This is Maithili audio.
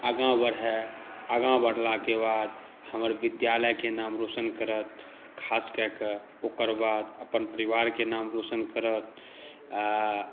आगाँ बढ़य आगाँ बढ़लाके बाद हमर विद्यालयक नाम रौशन करत ख़ास कए क़ऽ ओकर बाद अपन परिवारकें नाम रौशन करत आ